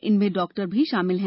इनमें डाक्टर भी शामिल है